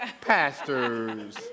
pastors